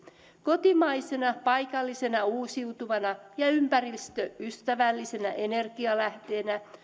kotimaisena paikallisena uusiutuvana ja ympäristöystävällisenä energialähteenä